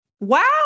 wow